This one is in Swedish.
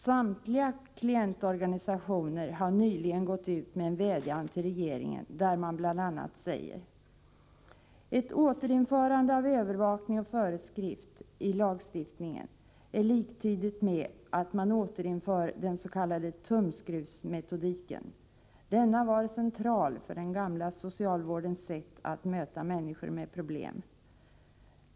Samtliga klientorganisationer har nyligen gått ut med en vädjan till regeringen där man bl.a. säger: ”Ett återinförande av övervakning och föreskrift i lagstiftningen är liktydigt med att man återinför den s.k. tumskruvsmetodiken. Denna var central för den gamla socialvårdens sätt att möta människor med problem.